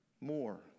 More